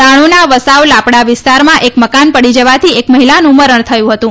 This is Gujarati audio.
દાણુના વસાવ લાપડા વિસ્તારમાં એક મકાન પડી જવાથી એક મહિલાનું મરણ થયું હતું